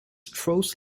trolls